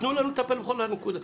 מה קרה עכשיו?